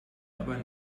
aber